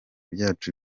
byacu